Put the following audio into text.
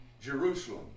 Jerusalem